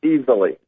Easily